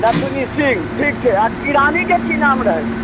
नथुनी सिंह ठीक छै आ किरानीके की नाम रहै